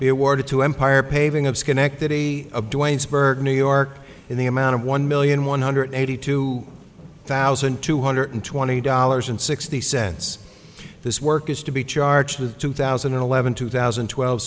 be awarded to empire paving of schenectady new york in the amount of one million one hundred eighty two thousand two hundred twenty dollars and sixty cents this work is to be charged with two thousand and eleven two thousand and twelve